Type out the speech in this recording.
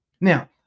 Now